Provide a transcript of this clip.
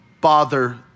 bother